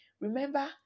Remember